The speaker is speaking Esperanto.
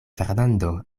fernando